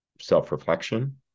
self-reflection